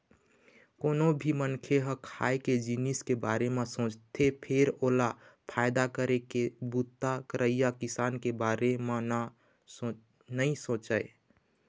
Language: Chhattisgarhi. कोनो भी मनखे ह खाए के जिनिस के बारे म सोचथे फेर ओला फायदा करे के बूता करइया किसान के बारे म नइ सोचय